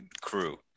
crew